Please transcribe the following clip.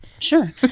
Sure